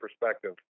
perspective